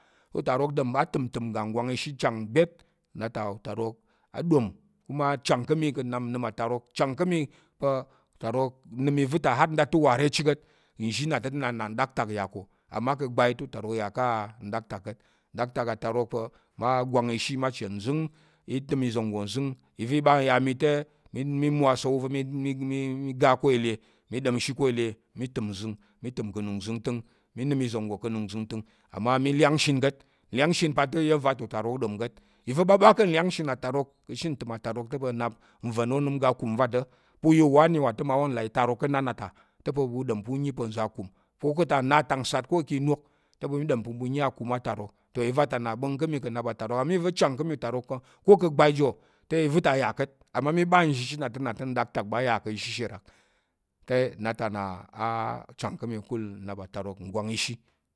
Te utarok a təm ntəm ngga ngwang ishi chang pa̱ byet nna ta utarok a ɗom kuma a chang ká̱ mi ka̱ nnap nnəm atarok chang ká̱ mi, chang ká̱ mi pa̱ utarok nəm i va̱ ta har nda ta̱ uwa re chit ka̱t, nzhi nna ta̱ te utarok yà nɗaktak ko amma ka̱ ngbai te, utarok ya ká̱ nɗaktak ka̱t, nɗaktak atarok pa̱ mma gwang ishi mma chen nzəng, i təm iza̱ nggo nzəng i va̱ i ɓa i ya mi te, mi mwo asa̱l- wu va̱ mi ga ko i le, mi ɗom shi ko i le mi təm nzəng, mi təm ka̱ anung nzəngtəng mi nəm iza̱ nggo ka̱ anung zəngtəng amma mi lyanshin ka̱t, nlyanshin pa te iya̱m va ta nna utarok ɗom ka̱t i va̱ ɓa ká̱ nlyanshin atarok ka̱ ashe ntəm atarok te nva̱n onəm oga akum va ta̱ u ya u wani wa ta̱ mmawo ka̱ là itarok ka̱ na nna ta, ta̱ pa̱ ɓu ɗom pa̱ u yi pa̱ ka̱ nza̱ akum ko ka̱ atal nna atak nsat ko ka̱ atak inok te ɓu ɗom pa̱ u yi akum atarok toh iva ta nna gɓa̱ng ka̱ mi ka̱ nnap atarok amma iva̱ chang ko ka̱ gbai jiwo te iva̱ ta ya ka̱t amma mi ɓi nzhi chit na ta̱ nɗaktak ɓa ya ka̱ asisha rak te nna ta a chang ka̱kul nnap atarok nggwang ishi.